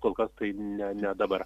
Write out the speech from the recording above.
kol kas tai ne ne dabar